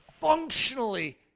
functionally